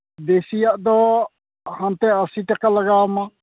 ᱫᱮᱥᱤᱭᱟᱜ ᱫᱚ ᱦᱟᱱᱛᱮ ᱟᱹᱥᱤ ᱴᱟᱠᱟ ᱞᱟᱜᱟᱣᱟᱢᱟ